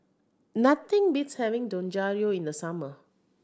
nothing beats having Dangojiru in the summer